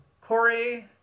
Corey